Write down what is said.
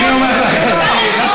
אני, עוד פעם